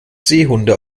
seehunde